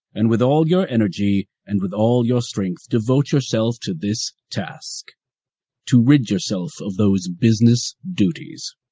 and with all your energy and with all your strength devote yourself to this task to rid yourself of those business duties.